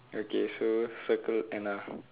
okay so circle Anna